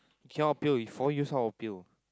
cannot appeal he four years how appeal